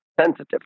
sensitive